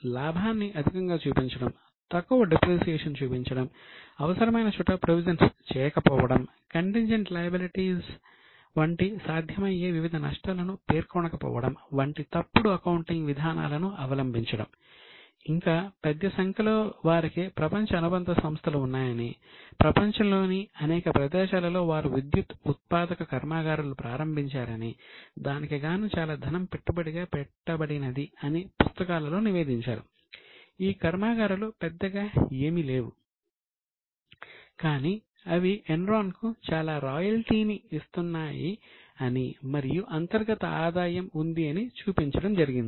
లాభాన్ని అధికంగా చూపించడం తక్కువ డిప్రిసియేషన్ ని ఇస్తున్నాయి అనీ మరియు అంతర్గత ఆదాయం ఉంది అని చూపించడం జరిగింది